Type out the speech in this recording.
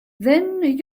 then